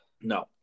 No